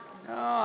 אז נו,